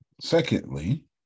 Secondly